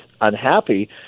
unhappy